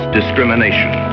discrimination